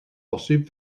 posib